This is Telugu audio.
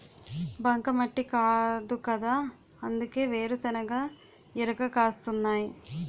బంకమట్టి కాదుకదా అందుకే వేరుశెనగ ఇరగ కాస్తున్నాయ్